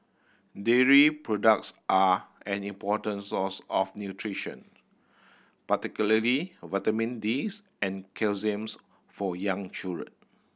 dairy products are an important source of nutrition particularly vitamin D and calcium for young children